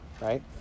right